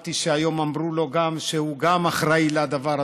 שמעתי שהיום אמרו לו שגם הוא אחראי לדבר הזה.